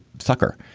sucker.